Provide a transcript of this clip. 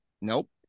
Nope